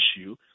issue